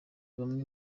bamwe